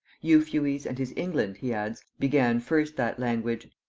euphues and his england he adds, began first that language.